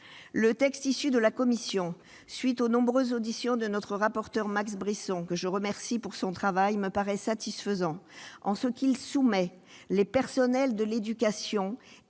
Le texte de la commission, à la suite des nombreuses auditions de notre rapporteur Max Brisson, que je remercie pour son travail, me paraît satisfaisant en ce qu'il soumet les personnels de l'éducation